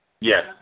Yes